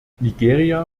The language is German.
nigeria